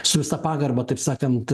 su visa pagarba taip sakant